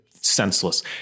Senseless